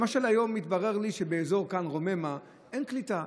למשל, היום התברר לי שבאזור כאן רוממה אין קליטה.